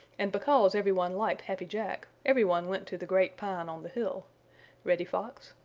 and because every one liked happy jack every one went to the great pine on the hill reddy fox,